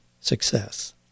success